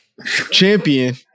Champion